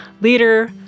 leader